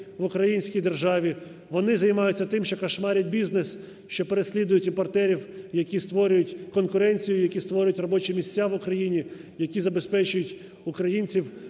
вони займаються тим, що кошмарять бізнес, що переслідують імпортерів, які створюють конкуренцію, які створюють робочі місця в Україні, які забезпечують українців